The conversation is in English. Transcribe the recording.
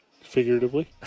Figuratively